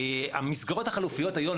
המסגרות החלופיות היום,